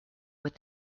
with